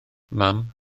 mam